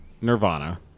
Nirvana